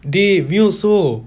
dey me also